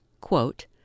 quote